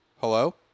Hello